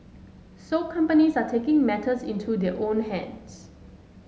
so companies are taking matters into their own hands